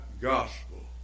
gospel